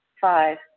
Five